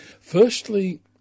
firstly